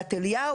יד אליהו,